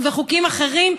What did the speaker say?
וחוקים אחרים,